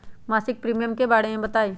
मासिक प्रीमियम के बारे मे बताई?